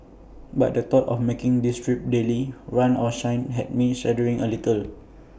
but the thought of making this trip daily run or shine had me shuddering A little